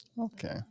Okay